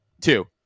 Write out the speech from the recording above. Two